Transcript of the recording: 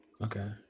Okay